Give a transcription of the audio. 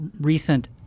recent